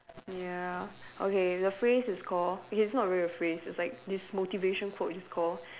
ya okay the phrase is call okay it's not really a phrase it's like this motivation quote is call